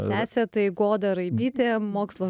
sesė tai goda raibytė mokslo